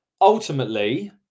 ultimately